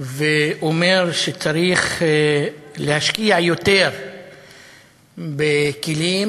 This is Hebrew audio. ואומר שצריך להשקיע יותר בכלים,